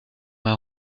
mal